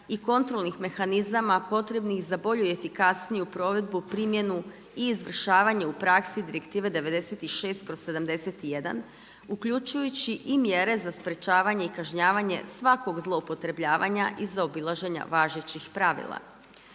i kontrolnih mehanizama potrebnih za bolju i efikasniju provedbi, primjenu i izvršavanje u praksi Direktive 96/71 uključujući i mjere za sprečavanje i kažnjavanje svakog zloupotrebljavanja i zaobilaženja važećih pravila.